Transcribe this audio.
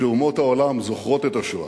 כשאומות העולם זוכרות את השואה,